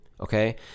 okay